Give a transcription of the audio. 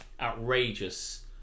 outrageous